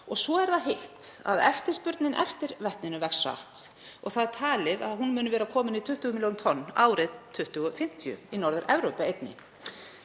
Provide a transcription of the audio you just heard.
Svo er það hitt, að eftirspurnin eftir vetninu vex hratt. Talið er að hún muni verða komin í 20 milljón tonn árið 2050 í Norður-Evrópu einni.